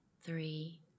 three